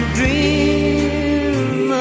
dream